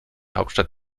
hauptstadt